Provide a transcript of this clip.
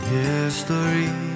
history